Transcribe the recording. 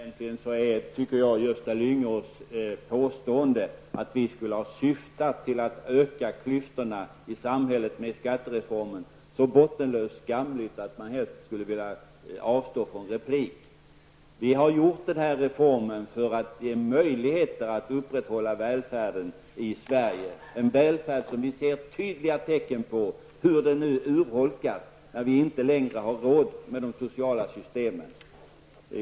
Herr talman! Egentligen tycker jag att Gösta Lyngås påstående, att vi skulle ha syftat till att öka klyftorna i samhället med skattereformen, är så bottenlöst skamligt att man helst skulle vilja avstå från replik. Vi har genomfört reformen för att få möjlighet att upprätthålla välfärden i Sverige. Vi ser tydliga tecken på att den välfärden håller på att urholkas, när vi inte längre har råd med de sociala systemen.